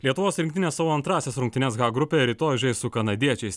lietuvos rinktinė savo antrąsias rungtynes h grupėje rytoj žais su kanadiečiais